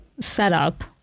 setup